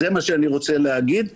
זה מה שאני רוצה להגיד.